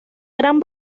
gran